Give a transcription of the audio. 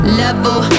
level